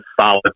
solid